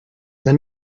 than